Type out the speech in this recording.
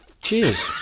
cheers